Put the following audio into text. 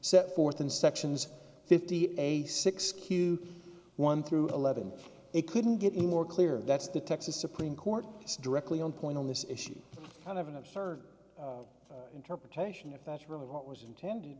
set forth in sections fifty six q one through eleven it couldn't get any more clear that's the texas supreme court is directly on point on this issue kind of an absurd interpretation if that's really what was intended